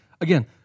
again